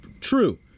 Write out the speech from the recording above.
true